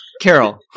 Carol